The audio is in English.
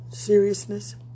seriousness